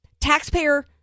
taxpayer